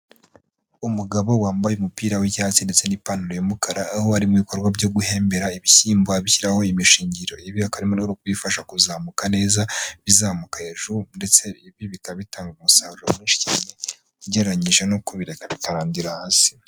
Umugabo wambaye umupira w'icyatsi ndetse n'ipantaro y'umukara, aho ari mu ibikorwa byo guhembera ibishyimbo, abishyiraho imishingiriro, ibi hakaba harimo no kubifasha kuzamuka neza, bizamuka hejuru ndetse ibi bikaba bitanga umusaruro mwinshi cyane ugereranyije no kubireka bikarandira hasi.